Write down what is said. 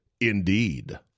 Indeed